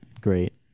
great